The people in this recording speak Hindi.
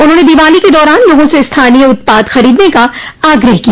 उन्होंने दोवाली के दौरान लोगों से स्थानीय उत्पाद खरीदने का आग्रह किया